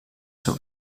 seu